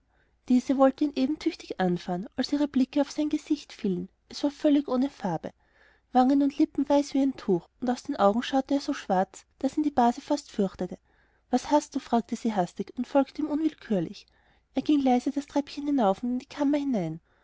diese wollte ihn eben tüchtig anfahren als ihre blicke auf sein gesicht fielen es war völlig ohne farbe wangen und lippen weiß wie ein tuch und aus den augen schaute er so schwarz daß ihn die base fast fürchtete was hast du fragte sie hastig und folgte ihm unwillkürlich er ging leise das treppchen hinauf und in die kammer hinein